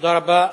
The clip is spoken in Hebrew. תודה רבה.